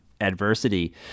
adversity